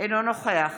אינו נוכח